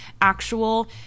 actual